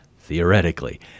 theoretically